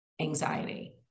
anxiety